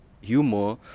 humor